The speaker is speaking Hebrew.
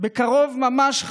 בקרוב ממש,